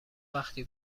وقتی